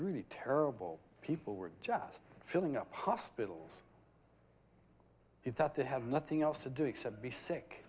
really terrible people were just filling up hospitals is that they have nothing else to do except be sick